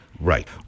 Right